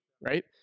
right